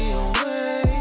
away